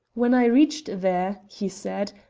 when i reached there, he said,